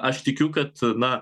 aš tikiu kad na